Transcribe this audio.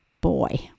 Boy